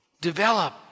develop